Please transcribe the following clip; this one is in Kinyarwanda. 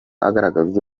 agaragaza